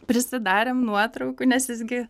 prisidarėm nuotraukų nes jis gi